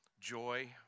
joy